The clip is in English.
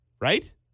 right